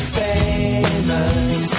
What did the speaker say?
famous